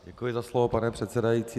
Děkuji za slovo, pane předsedající.